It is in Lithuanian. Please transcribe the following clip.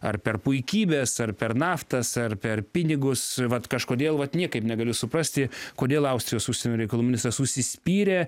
ar per puikybės ar per naftas ar per pinigus vat kažkodėl vat niekaip negaliu suprasti kodėl austrijos užsienio reikalų ministras užsispyrė